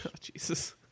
Jesus